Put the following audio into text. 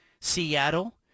Seattle